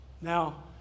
Now